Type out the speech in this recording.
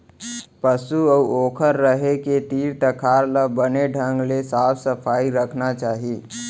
पसु अउ ओकर रहें के तीर तखार ल बने ढंग ले साफ सफई रखना चाही